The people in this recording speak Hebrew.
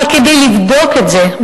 אבל כדי לבדוק את זה,